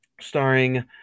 starring